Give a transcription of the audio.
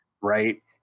right